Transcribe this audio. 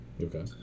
Okay